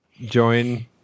join